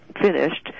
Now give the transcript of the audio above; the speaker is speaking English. finished